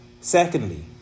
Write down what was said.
Secondly